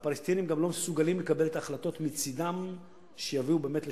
הפלסטינים גם לא מסוגלים לקבל את ההחלטות מצדם שיביאו באמת לשלום.